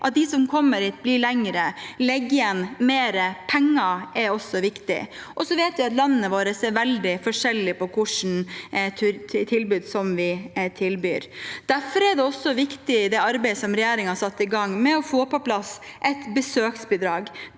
At de som kommer hit, blir lengre og legger igjen mer penger, er også viktig. Så vet vi at landet vårt er veldig forskjellig når det gjelder hvilke tilbud vi tilbyr. Derfor er også det arbeidet som regjeringen satte i gang med å få på plass et besøksbidrag,